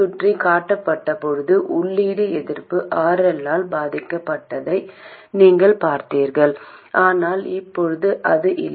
எனவே மொத்த தற்போதைய ITEST இது ஒன்று மற்றும் ஒன்றுக்கு சமம்